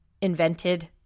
invented